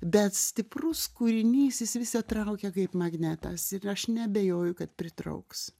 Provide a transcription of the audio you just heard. bet stiprus kūrinys jis visad traukia kaip magnetas ir aš neabejoju kad pritrauks